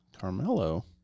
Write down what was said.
Carmelo